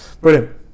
Brilliant